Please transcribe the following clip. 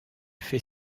fait